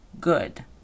Good